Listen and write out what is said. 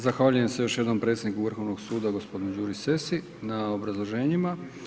Zahvaljujem se još jednom predsjedniku Vrhovnog suda g. Đuri Sesi na obrazloženjima.